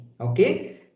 okay